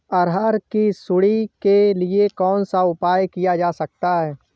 अरहर की सुंडी के लिए कौन सा उपाय किया जा सकता है?